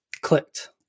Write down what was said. clicked